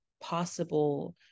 possible